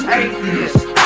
atheist